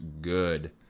good